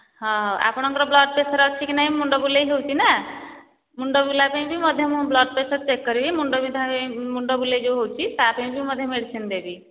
ହଁ ଆପଣଙ୍କର blood pressure ଅଛି କି ନାହିଁ ମୁଣ୍ଡ ବୁଲେଇହଉଛି ନା ମୁଣ୍ଡ ବୁଲା ପାଇଁ ମଧ୍ୟ ମୁଁ ବ୍ଲଡ଼୍ ପ୍ରେସର୍ ଚେକ୍ କରିବି ମୁଣ୍ଡ ବିନ୍ଧା ମୁଣ୍ଡ ମୁଣ୍ଡ ବୁଲେଇ ଯେଉଁ ହେଉଛି ତା ପାଇଁ ବି ମଧ୍ୟ ମେଡିସିନ୍ ଦେବି